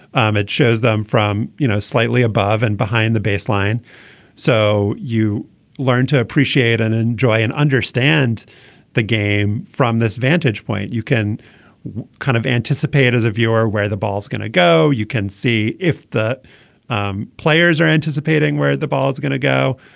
um it shows them from you know slightly above and behind the baseline so you learn to appreciate and enjoy and understand the game from this vantage point you can kind of anticipate as a viewer where the ball is going to go you can see if the um players are anticipating where the ball is going to go.